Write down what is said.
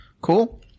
cool